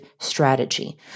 strategy